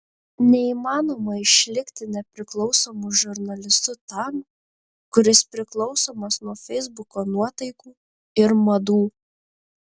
neįmanoma išlikti nepriklausomu žurnalistu tam kuris priklausomas nuo feisbuko nuotaikų ir madų